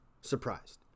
surprised